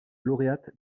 lauréate